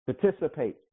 participate